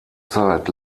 zeit